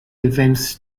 events